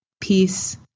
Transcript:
peace